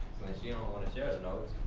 since you don't wanna share the notes.